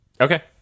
Okay